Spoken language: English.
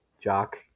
Jock